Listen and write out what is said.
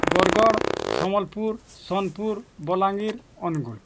Bargarh Sambalpur Sonepur Balangir Angul